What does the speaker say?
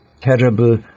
terrible